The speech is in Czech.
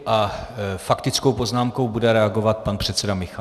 A faktickou poznámkou bude reagovat pan předseda Michálek.